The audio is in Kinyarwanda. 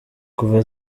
kuva